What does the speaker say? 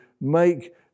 make